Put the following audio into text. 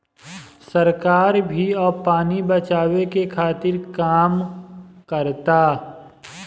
सरकार भी अब पानी बचावे के खातिर काम करता